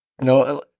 no